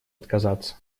отказаться